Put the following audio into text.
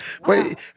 wait